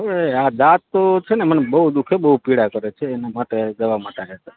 હવે આ દાંત તો છે ને મને બહુ દુઃખે છે બહુ પીડા કરે છે એનાં માટે દવા માટે આવ્યો હતો